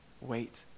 wait